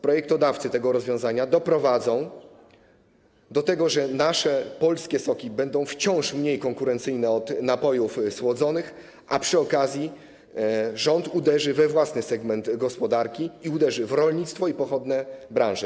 Projektodawcy tego rozwiązania doprowadzą do tego, że nasze polskie soki będą wciąż mniej konkurencyjne od napojów słodzonych, a przy okazji rząd uderzy we własny segment gospodarki, uderzy w rolnictwo i pochodne branże.